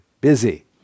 Busy